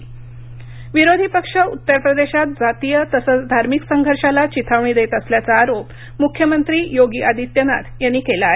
UP Yogi विरोधी पक्ष उत्तरप्रदेशात जातीय तसंच धार्मिक संघर्षाला चिथावणी देत असल्याचा आरोप मुख्यमंत्री योगी आदित्यनाथ यांनी केला आहे